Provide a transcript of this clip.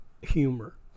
humor